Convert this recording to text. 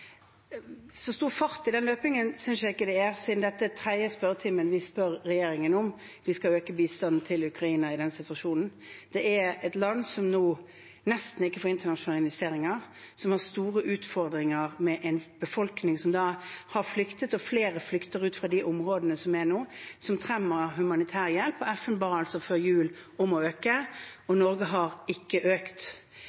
Så stor fart i den løpingen synes jeg ikke det er, siden dette er den tredje spørretimen der vi spør regjeringen om vi skal øke bistanden til Ukraina i denne situasjonen. Det er et land som nå nesten ikke får internasjonale investeringer, som har store utfordringer med en befolkning som har flyktet, og flere flykter fra de aktuelle områdene, og som trenger humanitær hjelp. FN ba altså før jul om å øke, og